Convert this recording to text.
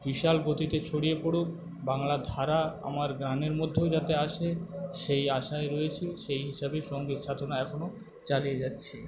বিশাল গতিতে ছড়িয়ে পরুক বাংলার ধারা আমার গানের মধ্যেও যাতে আসে সেই আশায় রয়েছি সেই হিসাবে সংগীতসাধনা এখনো চালিয়ে যাচ্ছি